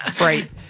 right